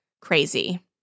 crazy